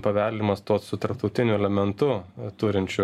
paveldimas tuos su tarptautiniu elementu turinčiu